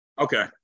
Okay